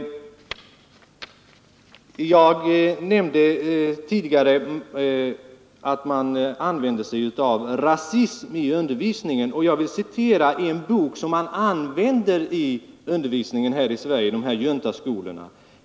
Jag nämnde tidigare att man använder sig av rasism i undervisningen, och jag vill citera en bok som begagnas vid undervisningen här i Sverige i dessa juntaskolor.